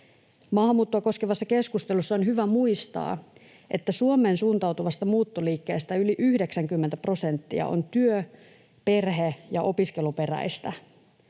Maahanmuuttoa koskevassa keskustelussa on hyvä muistaa, että Suomeen suuntautuvasta muuttoliikkeestä yli 90 prosenttia on työ‑, perhe‑ ja opiskeluperäistä.